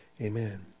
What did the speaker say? Amen